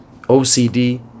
OCD